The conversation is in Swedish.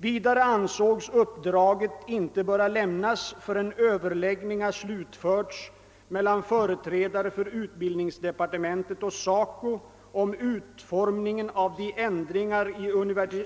Vidare ansågs uppdraget inte böra lämnas förrän överläggningar slutförts mellan företrädare för utbildningsdepartementet och SACO om utformningen av de ändringar i